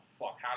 fuck